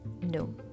no